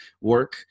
work